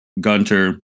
Gunter